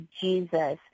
Jesus